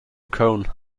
cone